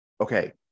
Okay